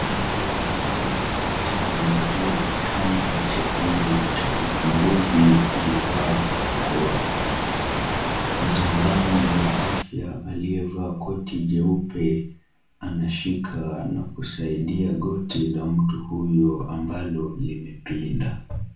Mtu aliyelala chali juu ya kitanda chekundu cha uchunguzi amevaa barakoa. Mtaalamu wa afya aliyevaa koti jeupe anashika na kusaidia goti la mtu huyu ambalo limepinda.